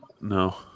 No